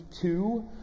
two